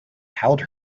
held